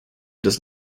does